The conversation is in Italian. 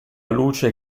luce